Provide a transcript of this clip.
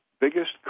biggest